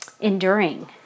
enduring